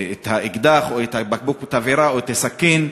האקדח או את בקבוק התבערה או את הסכין,